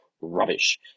rubbish